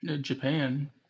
japan